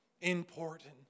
important